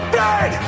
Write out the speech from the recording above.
dead